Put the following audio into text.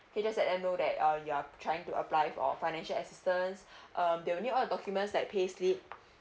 can just let them know that uh you are trying to apply for financial assistance um they will need all the documents that payslip